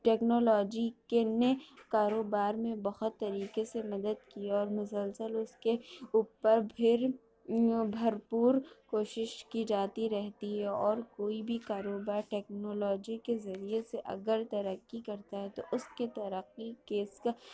technology کرنے کاروبار میں بہت طریقے سے مدد کی اور مسلسل اس کے اوپر پھر بھرپور کوشش کی جاتی رہتی ہے اور کوئی بھی کاروبار ٹیکنالوجی کے ذریعے سے اگر ترقی کرتا ہے تو اس کے ترقی کے اس کا